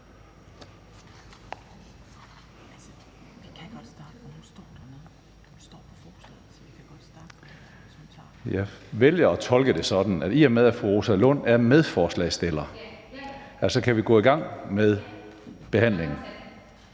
vælger at tolke det sådan, at i og med at fru Rosa Lund er medforslagsstiller, kan vi gå i gang med forhandlingen.